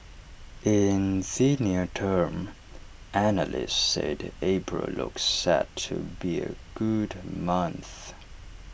in the near term analysts said April looks set to be A good month